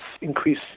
increase